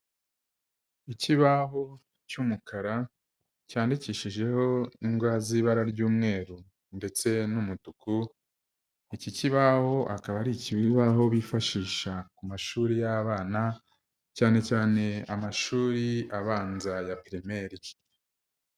Ikibaho cy'umukara cyandikishijeho ingwa z’ibara ry'umweru ndetse n'umutuku, iki kibaho akaba ari ikibaho bifashisha ku mashuri y'abana, cyane cyane amashuri abanza ya pirimeri.